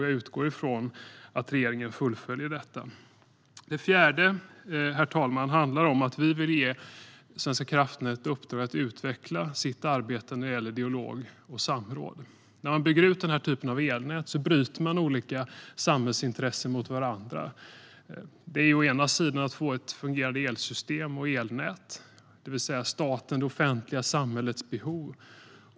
Jag utgår från att regeringen fullföljer detta. Herr talman! För det fjärde vill vi ge Svenska kraftnät ett uppdrag att utveckla sitt arbete när det gäller dialog och samråd. När man bygger ut denna typ av elnät bryter man olika samhällsintressen mot varandra. Det handlar å ena sidan om att få ett fungerande elsystem och elnät, det vill säga statens och det offentliga samhällets behov.